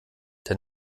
der